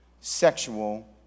sexual